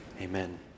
amen